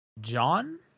john